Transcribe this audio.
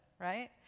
right